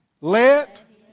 Let